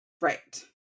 Right